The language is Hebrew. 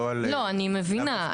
לאו דווקא פיקוח.